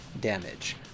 damage